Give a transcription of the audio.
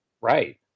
right